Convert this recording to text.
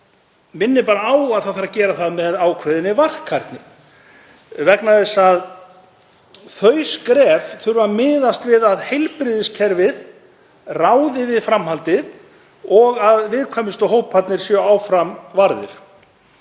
minni bara á að það þarf að gera það með ákveðinni varkárni. Þau skref þurfa að miðast við að heilbrigðiskerfið ráði við framhaldið og að viðkvæmustu hóparnir séu áfram varðir.